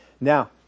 Now